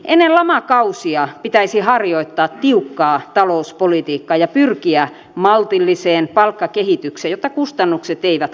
ennen lamakausia pitäisi harjoittaa tiukkaa talouspolitiikkaa ja pyrkiä maltilliseen palkkakehitykseen jotta kustannukset eivät karkaisi